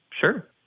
Sure